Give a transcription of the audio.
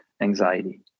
anxiety